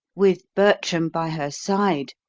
with bertram by her side,